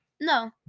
no